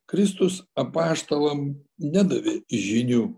kristus apaštalam nedavė žinių